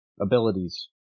abilities